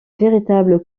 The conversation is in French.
véritable